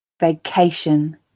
vacation